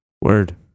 Word